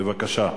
בבקשה.